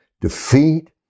defeat